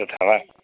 तथा वा